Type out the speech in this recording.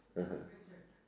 (uh huh)